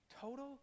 Total